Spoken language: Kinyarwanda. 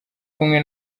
kumwe